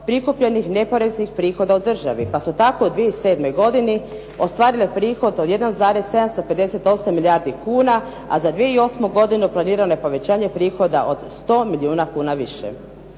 prikupljenih neporeznih prihoda u državi pa su tako u 2007. godini ostvarile prihod od 1,758 milijardi kuna, a za 2008. godinu planiraju povećanje prihode od 100 milijuna kuna više.